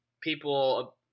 people